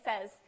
says